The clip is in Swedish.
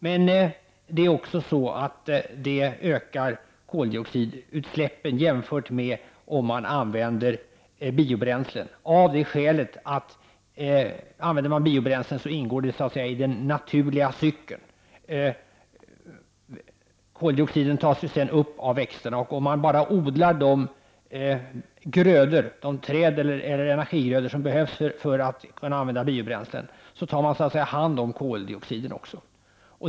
Men användningen av den ökar också koldioxidutsläppen jämfört med om man använder biobränslen — av det skälet att om man använder biobränslen ingår de så att säga i den naturliga cykeln. Koldioxiden tas sedan upp av växterna, och om man bara odlar de träd eller energigrödor som behövs för att kunna använda biobränslen tar man så att säga också hand om koldioxiden.